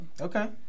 Okay